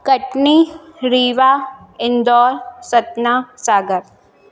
Katni Rewa Indore Satna Sagar